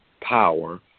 power